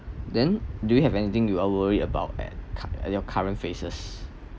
then do you have anything you are worry about at at your current phases